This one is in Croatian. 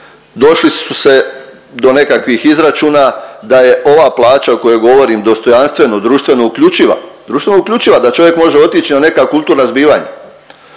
došli su se do nekakvih izračuna da je ova plaća o kojoj govorim dostojanstveno, društveno uključiva. Društveno uključiva da čovjek može otići na neka kulturna zbivanja,